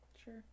Sure